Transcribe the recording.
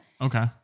Okay